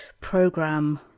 program